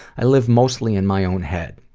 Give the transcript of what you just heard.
i live mostly in my own head.